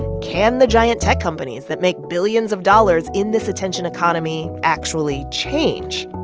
can the giant tech companies that make billions of dollars in this attention economy actually change?